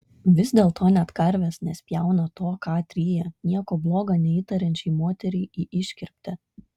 vis dėlto net karvės nespjauna to ką atryja nieko bloga neįtariančiai moteriai į iškirptę